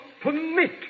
permit